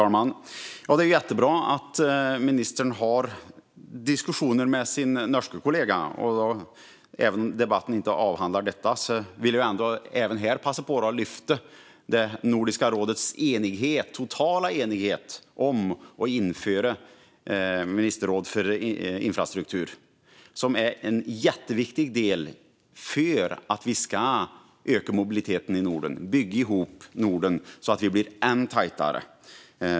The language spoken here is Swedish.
Fru talman! Det är jättebra att ministern har diskussioner med sin norske kollega. Även om denna debatt inte avhandlar den frågan vill jag ändå passa på att lyfta upp den totala enigheten i Nordiska rådet om att samarbeta om infrastrukturen. Det är oerhört viktigt för att öka mobiliteten i Norden, bygga ihop Norden så att vi blir än tajtare.